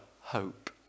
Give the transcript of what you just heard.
hope